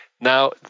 Now